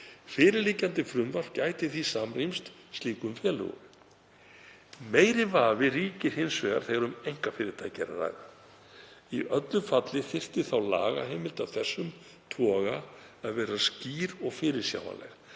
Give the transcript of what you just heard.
Fyrirliggjandi frumvarp gæti því samrýmst slíkum félögum. Meiri vafi ríkir hins vegar þegar um einkafyrirtæki er að ræða. Í öllu falli þyrfti þá lagaheimild af þessum toga að vera skýr og fyrirsjáanleg.